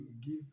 give